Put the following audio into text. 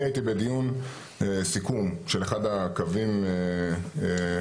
אני הייתי בדיון סיכום של אחד הקווים שתפסה